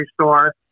store